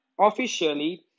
officially